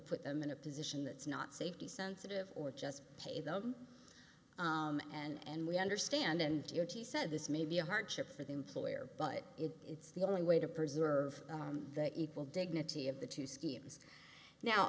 put them in a position that's not safety sensitive or just pay them and we understand and your t said this may be a hardship for the employer but if it's the only way to preserve the equal dignity of the two schemes now